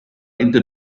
into